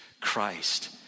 Christ